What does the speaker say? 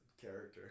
character